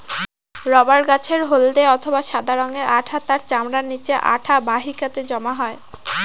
rubber গাছের হল্দে অথবা সাদা রঙের আঠা তার চামড়ার নিচে আঠা বাহিকাতে জমা হয়